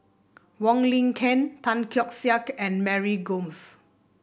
Wong Lin Ken Tan Keong Saik and Mary Gomes